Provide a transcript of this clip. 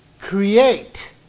create